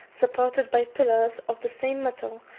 supported by pillars of the same metal,